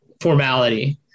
formality